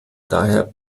daher